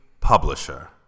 publisher